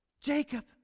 Jacob